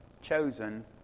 chosen